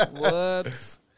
Whoops